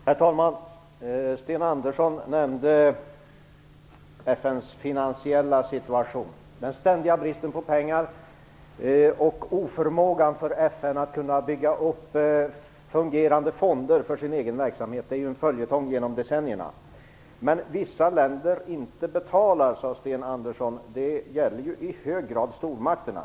Herr talman! Sten Andersson nämnde FN:s finansiella situation - den ständiga bristen på pengar och FN:s oförmåga att bygga upp fungerande fonder för sin egen verksamhet. Det har varit en följetong genom decennierna. Sten Andersson sade att vissa länder inte betalar. Det gäller i hög grad stormakterna.